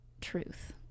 truth